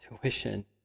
tuition